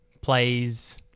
plays